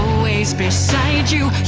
always beside you